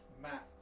Matt